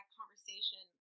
conversation